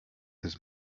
his